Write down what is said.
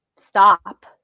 Stop